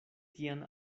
tian